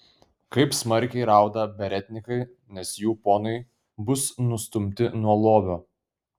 kaip smarkiai rauda beretnikai nes jų ponai bus nustumti nuo lovio